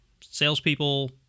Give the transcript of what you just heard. salespeople